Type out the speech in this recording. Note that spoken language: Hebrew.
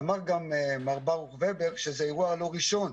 אמר מר ברוך ובר שזה לא אירוע ראשון.